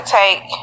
take